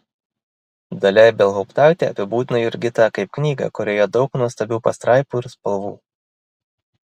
dalia ibelhauptaitė apibūdina jurgitą kaip knygą kurioje daug nuostabių pastraipų ir spalvų